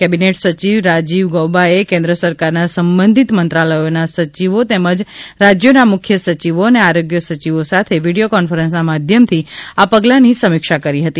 cabinet સચિવ રાજીવ ગૌબાએ કેન્દ્ર સરકારના સંબંધિત મંત્રાલયોના સચિવો તેમજ રાજ્યોના મુખ્ય સચિવો અને આરોગ્ય સચિવો સાથે વિડીયો કોન્ફરન્સના માધ્યમથી આ પગલાંની સમીક્ષા કરી હતી